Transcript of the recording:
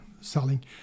selling